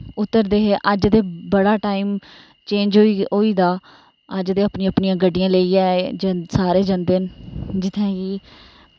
उतरदे हे अज्ज ते बड़ा टाईम चेंज होई दा अज्ज ते अपनियां अपनियां गड्डियां लेइयै सारे जंदे न जित्थै बी